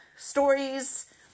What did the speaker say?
stories